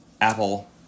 Apple